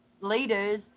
leaders